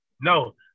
No